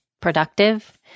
productive